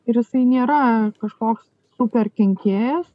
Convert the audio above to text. ir jisai nėra kažkoks super kenkėjas